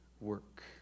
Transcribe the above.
work